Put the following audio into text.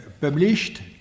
published